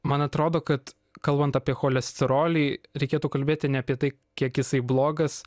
man atrodo kad kalbant apie cholesterolį reikėtų kalbėti ne apie tai kiek jisai blogas